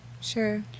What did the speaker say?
Sure